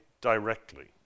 directly